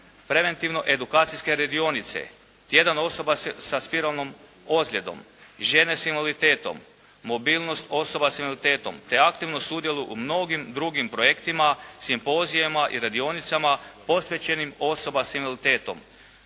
preventivno edukacijske radionice, tjedan osoba sa spiralnom ozljedom, žene s invaliditetom, mobilnost osoba s invaliditetom te aktivno sudjeluje u mnogim drugim projektima, simpozijima i radionicama posvećenim osobama s invaliditetom.